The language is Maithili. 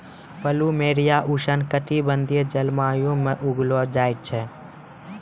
पलूमेरिया उष्ण कटिबंधीय जलवायु म उगैलो जाय छै